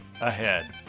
ahead